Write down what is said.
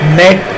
net